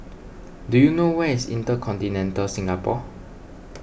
do you know where is Intercontinental Singapore